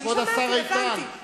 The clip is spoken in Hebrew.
הבנתי, הבנתי.